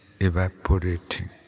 evaporating